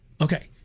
Okay